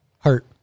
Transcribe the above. Hurt